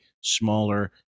smaller